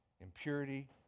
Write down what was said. impurity